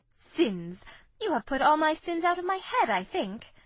sins you have put all my sins out of my head, i think.